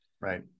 right